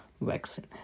Vaccine